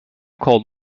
called